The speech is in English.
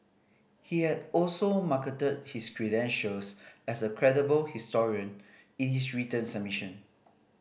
he had also marketed his credentials as a credible historian in his written submission